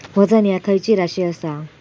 वजन ह्या खैची राशी असा?